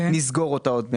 נסגור אותה עוד מעט,